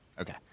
Okay